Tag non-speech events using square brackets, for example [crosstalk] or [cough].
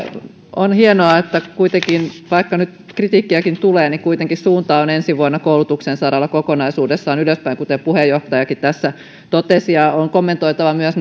on hienoa että kuitenkin vaikka nyt kritiikkiäkin tulee suunta on ensi vuonna koulutuksen saralla kokonaisuudessaan ylöspäin kuten puheenjohtajakin tässä totesi on kommentoitava myös [unintelligible]